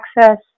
access